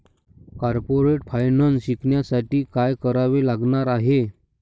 Corporate finance शिकण्यासाठी काय करावे लागणार आहे?